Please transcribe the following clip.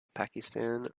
pakistan